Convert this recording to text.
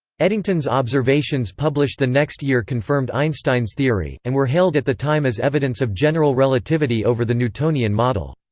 eddington's observations published the next year confirmed einstein's theory, and were hailed at the time as evidence of general relativity over the newtonian model.